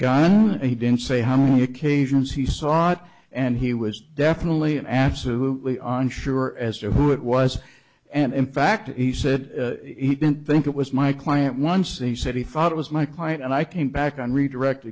gun and he didn't say how many occasions he saw it and he was definitely an absolutely on sure as to who it was and in fact he said he didn't think it was my client once he said he thought it was my client and i came back on redirect